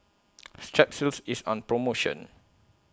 Strepsils IS on promotion